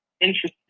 interesting